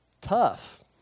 tough